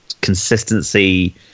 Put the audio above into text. consistency